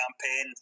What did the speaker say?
campaign